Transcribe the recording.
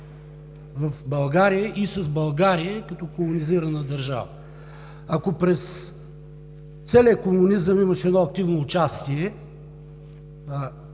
в България и с България – колонизирана държава. Ако през целия комунизъм имаше едно активно участие,